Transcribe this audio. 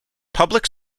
public